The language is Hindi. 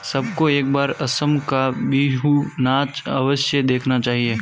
सबको एक बार असम का बिहू नाच अवश्य देखना चाहिए